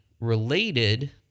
related